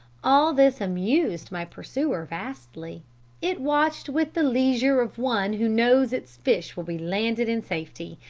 all this amused my pursuer vastly it watched with the leisure of one who knows its fish will be landed in safety,